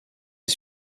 est